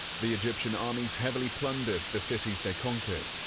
the egyptian armies heavily plundered the cities they conquered,